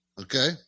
Okay